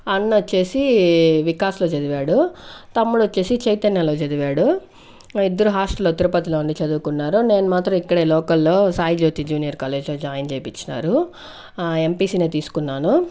అన్న వచ్చేసి వికాస్లో చదివాడు తమ్ముడొచ్చేసి చైతన్యాలో చదివాడు ఇద్దరు హాస్టల్ లో తిరుపతిలో ఉండి చదువుకున్నారు నేను మాత్రం ఇక్కడే లోకల్ లో సాయి జ్యోతి జూనియర్ కాలేజీ లో జాయిన్ చేయించినారు ఎంపీసీనే తీసుకున్నాను